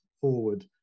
forward